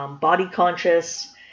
body-conscious